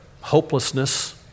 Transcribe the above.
hopelessness